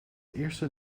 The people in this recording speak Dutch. eerste